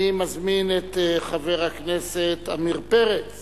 אני מזמין את חבר הכנסת עמיר פרץ